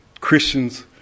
Christians